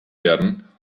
werden